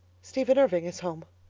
stephen irving is home?